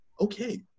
okay